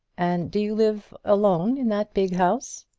and do you live alone in that big house?